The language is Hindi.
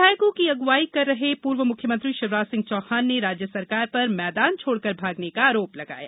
विधायकों की अगुवाई कर रहे पूर्व मुख्यमंत्री शिवराज सिंह चौहान ने राज्य सरकार पर मैदान छोड़कर भागने का आरोप लगाया